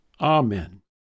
Amen